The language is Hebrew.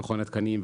למכון התקנים,